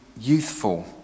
youthful